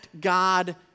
God